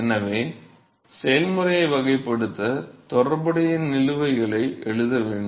எனவே செயல்முறையை வகைப்படுத்த தொடர்புடைய நிலுவைகளை எழுத வேண்டும்